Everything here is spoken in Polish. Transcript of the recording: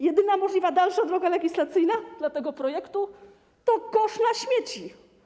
Jedyna możliwa dalsza droga legislacyjna dla tego projektu to kosz na śmieci.